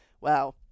wow